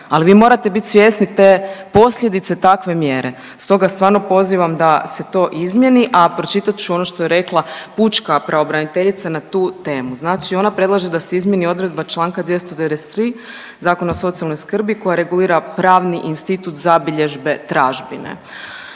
ali vi morate bit svjesni te posljedice takve mjere. Stoga stvarno pozivam da se to izmjeni, a pročitat ću ono što je rekla pučka pravobraniteljica na tu temu. Znači ona predlaže da se izmijeni odredba čl. 293. Zakona o socijalnoj skrbi koja regulira pravni institut zabilježbe tražbine.